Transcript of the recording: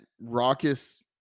raucous